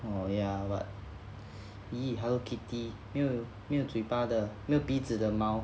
orh ya but !ee! hello kitty 没有没有嘴巴的没有鼻子的猫